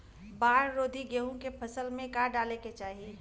बाढ़ रोधी गेहूँ के फसल में का डाले के चाही?